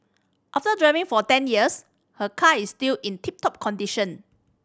after driving for ten years her car is still in tip top condition